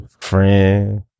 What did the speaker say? friend